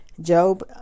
job